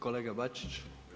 Kolega Bačić.